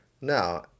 No